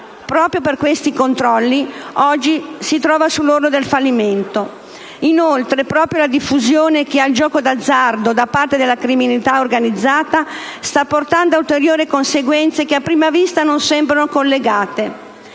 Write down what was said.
Proprio per questo controllo, oggi si trova sull'orlo del fallimento. Inoltre proprio la diffusione che ha il gioco d'azzardo da parte della criminalità organizzata sta portando a ulteriori conseguenze che a prima vista non sembrano collegate.